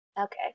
Okay